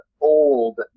old